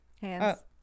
Hands